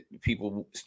people